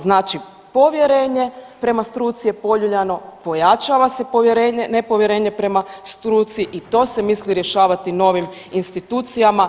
Znači povjerenje prema struci je poljuljano, pojačava se nepovjerenje prema struci i to se misli rješavati novim institucijama.